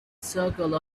circle